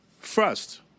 First